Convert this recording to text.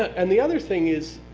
and the other thing is